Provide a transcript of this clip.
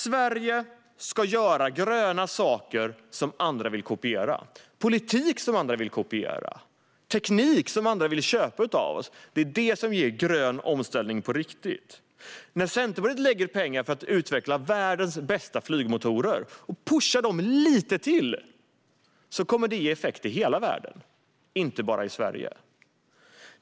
Sverige ska göra gröna saker som andra vill kopiera: politik som andra vill kopiera och teknik som andra vill köpa av oss. Det är det som ger grön omställning på riktigt. När Centerpartiet lägger pengar på att utveckla världens bästa flygmotorer och pusha dem lite till kommer det att ge effekt i hela världen, inte bara i Sverige.